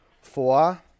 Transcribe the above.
Four